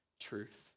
truth